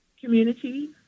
Community